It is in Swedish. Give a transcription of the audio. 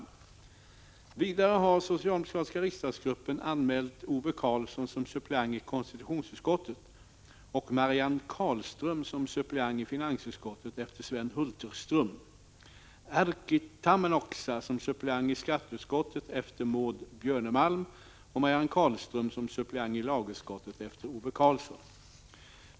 Vidare har socialdemokratiska riksdagsgruppen anmält Ove Karlsson som suppleant i konstitutionsutskottet och Marianne Carlström som suppleant i finansutskottet efter Sven Hulterström, Erkki Tammenoksa som suppleant i skatteutskottet efter Maud Björnemalm och Marianne Carlström som suppleant i lagutskottet efter Ove Karlsson.